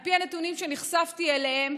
על פי הנתונים שנחשפתי אליהם,